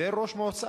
ואין ראש מועצה.